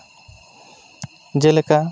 ᱡᱮᱞᱮᱠᱟ